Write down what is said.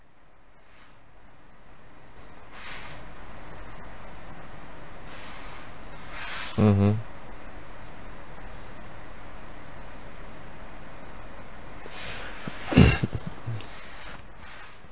mmhmm